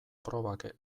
probak